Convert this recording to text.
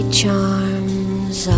charms